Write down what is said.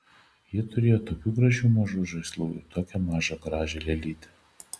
ji turėjo tokių gražių mažų žaislų ir tokią mažą gražią lėlytę